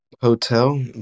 Hotel